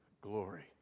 glory